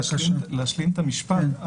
רק להשלים את המשפט.